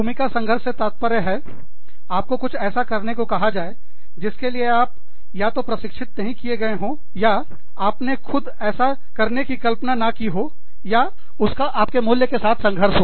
भूमिका संघर्ष से तात्पर्य है आपको कुछ ऐसा करने को कहा जाए जिसके लिए आप या तो प्रशिक्षित नहीं किए गए हो या आपने खुद ऐसा करने की कल्पना ना की हो या उसका आपके मूल्यों के साथ संघर्ष हो